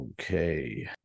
Okay